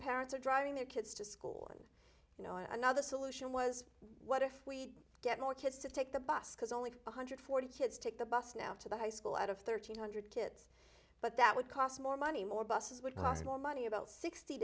parents are driving their kids to school and you know another solution was what if we get more kids to take the bus because only one hundred forty kids take the bus now to the high school out of thirteen hundred kids but that would cost more money more buses would cost more money about sixty